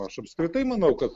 aš apskritai manau kad